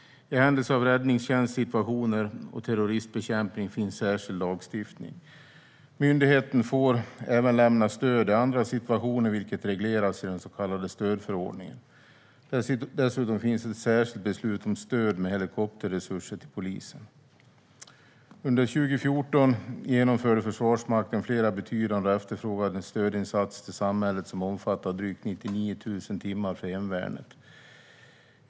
I händelse av räddningstjänstsituationer och terrorismbekämpning finns särskild lagstiftning. Myndigheten får även lämna stöd i andra situationer, vilket regleras i den så kallade stödförordningen. Dessutom finns ett särskilt beslut om stöd med helikopterresurser till polisen. Under 2014 genomförde Försvarsmakten flera betydande och efterfrågade stödinsatser till samhället som omfattade drygt 99 000 timmar för hemvärnet.